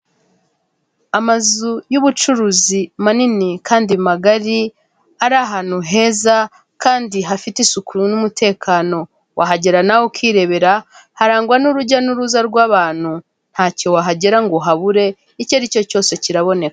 Amazu y'ubucuruzi manini kandi magari ari ahantu heza kandi hafite isuku n'umutekano, wahagera nawe ukirebera harangwa n'urujya n'uruza rw'abantu, ntacyo wahagera ngo uhabure icyo aricyo cyose kiraboneka.